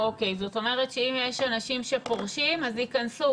זאת אומרת שיש אנשים שפורשים אז ייכנסו